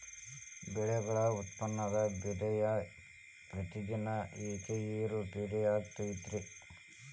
ಬೆಳೆಗಳ ಉತ್ಪನ್ನದ ಬೆಲೆಯು ಪ್ರತಿದಿನ ಯಾಕ ಏರು ಪೇರು ಆಗುತ್ತೈತರೇ?